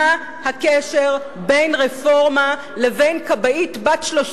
מה הקשר בין רפורמה לבין כבאית בת 30